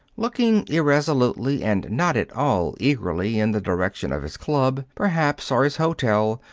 looking irresolutely and not at all eagerly in the direction of his club, perhaps, or his hotel,